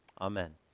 Amen